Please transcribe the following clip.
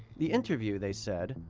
the interview, they said,